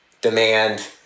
demand